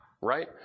right